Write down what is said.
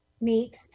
meet